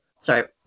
sorry